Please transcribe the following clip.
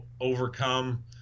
overcome